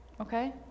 Okay